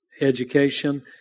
education